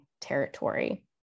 territory